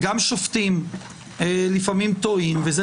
התעורר בפני רשות שיפוטית ספק של ממש בדבר תוקפו של חוק ומצאה